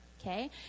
okay